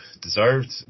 deserved